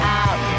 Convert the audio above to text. out